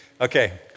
Okay